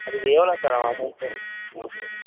அதுக்கு எவ்வளோ சார் ஆகும் அமௌண்ட ஆ